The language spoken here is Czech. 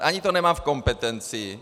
Ani to nemám v kompetenci.